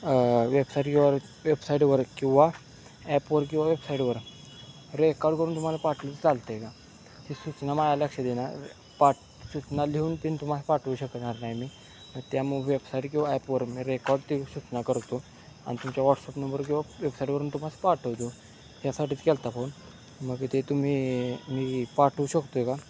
वेबसाईटवर वेबसाईटवर किंवा ॲपवर किंवा वेबसाईटवर रेकॉर्ड करून तुम्हाला पाठवलं चालते का ते सूचना माझ्या लक्ष देनार पाचना लिहून ते तुम्हाला पाठवू शकणार नाही मी त्या वेबसाईट किंवा ॲपवर रेकॉर्ड ते सूचना करतो अन तुमच्या व्हॉट्सअप नंबर किंवा वेबसाईटवरून तुम्हाला पाठवतो यासाठीच केलता फोन मग ते तुम्ही मी पाठवू शकतोय का